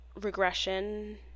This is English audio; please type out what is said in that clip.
regression